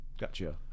gotcha